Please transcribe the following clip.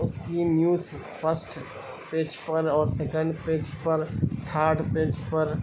اس کی news first page پر اور سیکنڈ پیج پر تھرڈ پیج پر